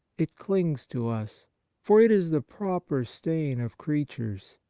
it clings to us for it is the proper stain of creatures.